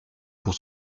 pour